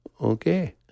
Okay